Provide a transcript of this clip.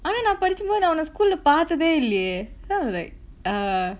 ஆனா நா படிச்சமோது நா அவன:aanaa naa padichamothu naa avana school lah பாத்ததே இல்லயே:paathathae illayae kind of like err